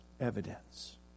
evidence